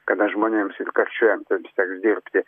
kada žmonėms ir karščiuojantiem teks dirbti